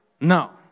No